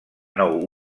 nou